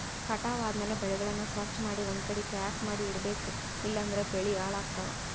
ಕಟಾವ್ ಆದ್ಮ್ಯಾಲ ಬೆಳೆಗಳನ್ನ ಸ್ವಚ್ಛಮಾಡಿ ಒಂದ್ಕಡಿ ಪ್ಯಾಕ್ ಮಾಡಿ ಇಡಬೇಕ್ ಇಲಂದ್ರ ಬೆಳಿ ಹಾಳಾಗ್ತವಾ